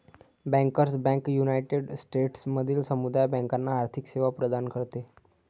bankers bank united स्टेट्समधील समुदाय बँकांना आर्थिक सेवा प्रदान करते